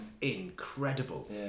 incredible